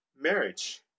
marriage